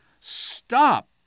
stop